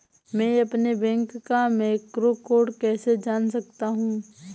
मैं अपने बैंक का मैक्रो कोड कैसे जान सकता हूँ?